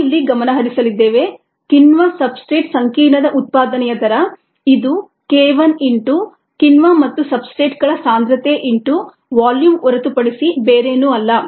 ನಾವು ಇಲ್ಲಿ ಗಮನ ಹರಿಸಲಿದ್ದೇವೆ ಕಿಣ್ವ ಸಬ್ಸ್ಟ್ರೇಟ್ ಸಂಕೀರ್ಣದ ಉತ್ಪಾದನೆಯ ದರ ಇದು k1 ಇಂಟು ಕಿಣ್ವ ಮತ್ತು ಸಬ್ಸ್ಟ್ರೇಟ್ಗಳ ಸಾಂದ್ರತೆ ಇಂಟು ವಾಲ್ಯೂಮ್ ಹೊರತುಪಡಿಸಿ ಬೇರೇನೂ ಅಲ್ಲ